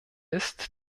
ist